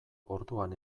orduan